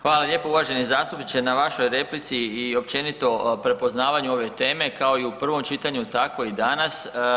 Hvala lijepo uvaženi zastupniče na vašoj replici i općenito prepoznavanju ove teme, kao i u prvom čitanju, tako i danas.